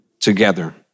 together